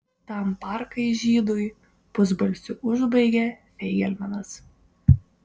tam parkai žydui pusbalsiu užbaigė feigelmanas